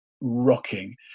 rocking